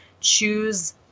choose